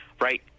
right